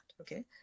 Okay